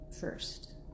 first